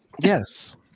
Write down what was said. Yes